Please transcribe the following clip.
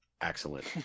Excellent